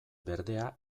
berdea